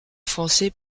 français